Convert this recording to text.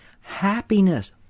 happiness